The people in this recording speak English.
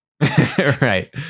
Right